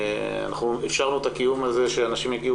אנחנו אפשרנו את הקיום הזה שאנשים יגיעו